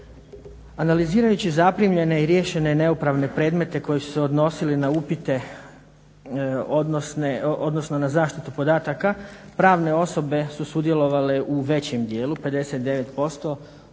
Analizirajući zaprimljene i riješene neupravne predmete koji su se odnosili na upite, odnosno na zaštitu podataka, pravne osobe su sudjelovale u većem dijelu, 59%